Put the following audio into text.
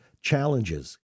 challenges